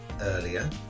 earlier